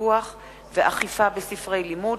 בפיקוח ואכיפה בספרי לימוד,